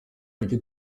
mike